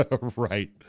Right